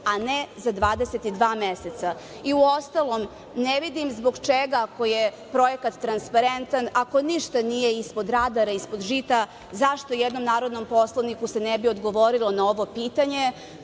a ne za 22 meseca. U ostalom, ne vidim zbog čega, ako je projekat transparentan, ako ništa nije ispod radara, ispod žita, zašto jednom narodnom poslaniku se ne bi odgovorilo na ovo pitanje,